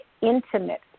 intimate